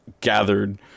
gathered